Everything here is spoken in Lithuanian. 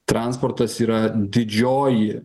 transportas yra didžioji